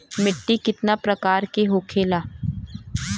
मिट्टी कितना प्रकार के होखेला?